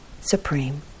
supreme